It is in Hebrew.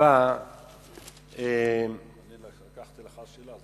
שאלתי אותך שאלה,